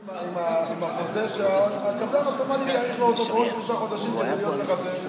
עם החוזה שהקבלן אוטומטית יאריך לו אותו כל שלושה חודשים לכסות את עצמו.